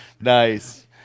Nice